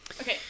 Okay